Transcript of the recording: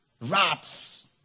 rats